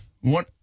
one